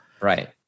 Right